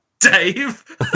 Dave